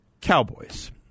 Cowboys